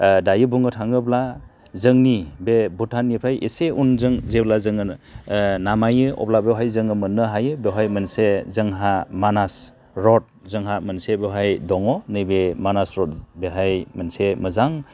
दायो बुंनो थाङोब्ला जोंनि बे भुटाननिफ्राय एसे उनजों जेब्ला जोङो नामायो अब्ला जोङो बेवहाय मोननो हायो बेहाय मोनसे जोंहा मानास रड मोनसे बेवहाय दङ नैबे मानास रड बेवहाय मोनसे मोजां